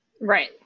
Right